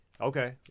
Okay